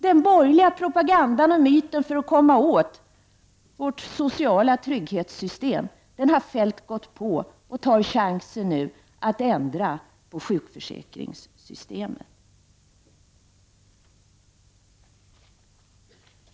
Den borgerliga propagandan och myten för att komma åt vårt sociala trygghetssystem har Feldt gått på och tar nu chansen att ändra sjukförsäkringssystemet.